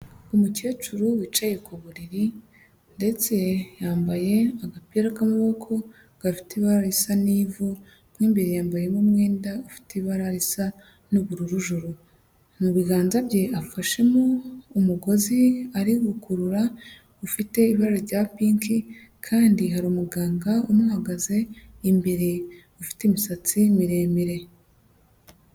Umukecuru wicaye ku buriri ndetse yambaye agapira k'amaboko, gafite ibara risa n'ivu, mo imbere yambayemo umwenda ufite ibara risa n'ubururu joro, mu biganza bye afashemo umugozi ari gukurura, ufite ibara rya pinki kandi hari umuganga umuhagaze imbere ufite imisatsi miremire.